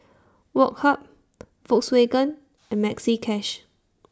Woh Hup Volkswagen and Maxi Cash